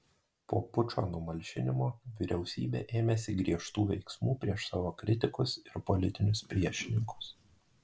po pučo numalšinimo vyriausybė ėmėsi griežtų veiksmų prieš savo kritikus ir politinius priešininkus